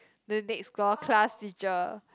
the next door class teacher